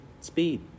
speed